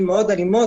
המאוד אלימות.